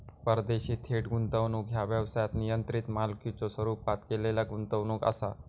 परदेशी थेट गुंतवणूक ह्या व्यवसायात नियंत्रित मालकीच्यो स्वरूपात केलेला गुंतवणूक असा